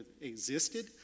existed